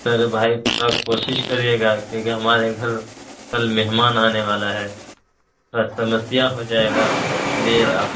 ارے بھائی تھوڑا کوشش کریے گا کیونکہ ہمارے گھر کل مہمان آنے والا ہے سمسیا ہو جائے گا اس لیے آپ